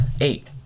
eight